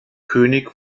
könig